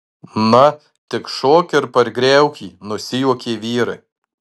na tik šok ir pargriauk jį nusijuokė vyrai